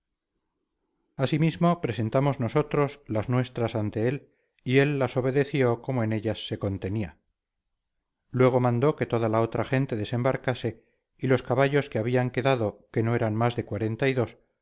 asimismo presentamos nosotros las nuestras ante él y él las obedeció como en ellas se contenía luego mandó que toda la otra gente desembarcase y los caballos que habían quedado que no eran más de cuarenta y dos